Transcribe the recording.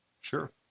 Sure